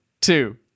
two